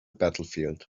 battlefield